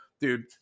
dude